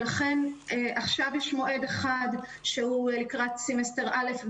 לכן, עכשיו יש מועד אחד שהוא לקראת סמסטר א׳.